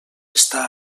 està